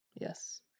Yes